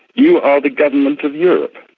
you are the government of europe.